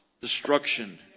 Destruction